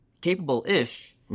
capable-ish